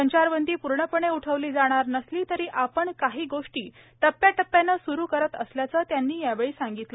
संचारबंदी पूर्णपणे उठवली जाणार नसली तरी आपण काही गोष्टी टप्प्याटप्प्याने सुरू करत असल्याचं त्यांनी यावेळी सांगितलं